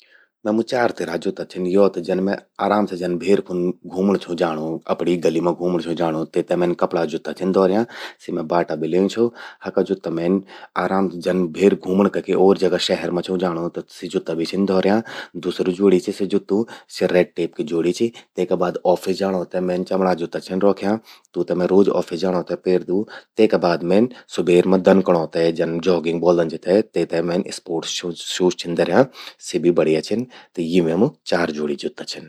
मेमु चार तिरा जुत्ता छिन। यो त जन मैं आराम से जन भेर फुन घूमण छूं जाणूं, अपणी गलि मां घूमण छूं जाणूं त तेते मैन कपड़ा जुत्ता छिन धौर्यां। सी मैं बाटा बे ल्ययूं छो। हका जुत्ता मैन आराम जन भेर घूमण कखि ओर जगा शहर मां छूं जाणूं त सि जुत्ता भी छिन धौर्यां। दूसरी ज्वोड़ि चि स्या जुत्तूं। स्या रेड टेप की ज्वोड़ि चि। तेका बाद ऑफिस जाणों ते मैन चमड़ा जुत्ता छिन रौख्यां। तूतें मैं रोज ऑफिस जाणों ते पेरदू। तेका बाद मेन सुबेर मां दनकणों ते, जन जॉगिग ब्वोलदन जेते। तेते मैन स्पोर्ट्स शूज छिन धर्यां। सि भी बढ़िया छिन, त यि मैंमू चार ज्वोड़ि जुत्ता छिन।